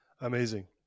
amazing